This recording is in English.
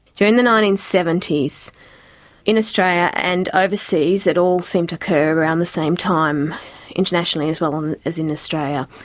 during the nineteen seventy s in australia and overseas. it all seemed to occur around the same time internationally as well um is in australia